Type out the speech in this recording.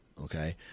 Okay